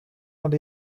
nad